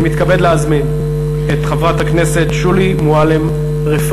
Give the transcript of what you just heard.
אני מתכבד להזמין את חברת הכנסת שולי מועלם-רפאלי.